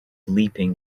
leaping